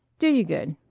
do you good.